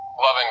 loving